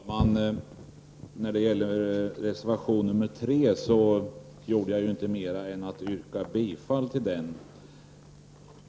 Herr talman! När det gäller reservation 3 gjorde jag inte mera än att yrka bifall till den.